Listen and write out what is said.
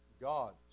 God